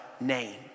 name